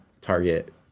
target